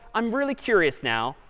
i'm really curious now.